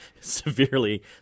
severely